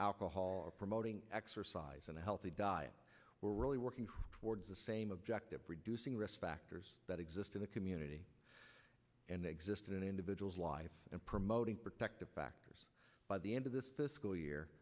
alcohol promoting exercise and a healthy diet we're really working towards the same objective reducing risk factors that exist in the community and exist in an individual's life and promoting protective factors by the end of this school year